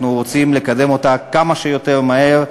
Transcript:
אנחנו רוצים לקדם אותה כמה שיותר מהר,